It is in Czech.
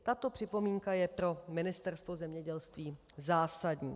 Tato připomínka je pro Ministerstvo zemědělství zásadní.